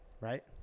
right